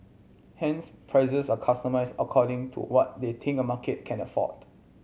hence prices are customised according to what they think a market can afford